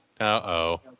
Uh-oh